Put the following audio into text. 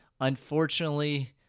unfortunately